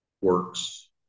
works